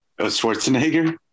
Schwarzenegger